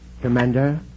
Commander